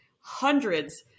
hundreds